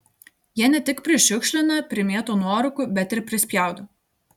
jie ne tik prišiukšlina primėto nuorūkų bet ir prispjaudo